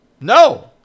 No